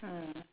mm